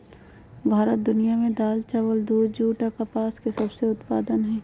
भारत दुनिया में दाल, चावल, दूध, जूट आ कपास के सबसे उत्पादन हइ